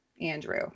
andrew